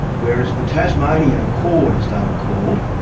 whereas the tasmanian accord, as they were called,